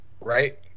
right